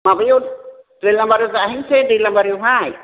माबायाव दैलामारियाव जाहैनोसै दैलामारियावहाय